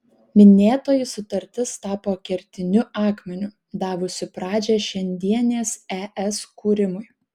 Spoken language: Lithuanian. minėtoji sutartis tapo kertiniu akmeniu davusiu pradžią šiandienės es kūrimui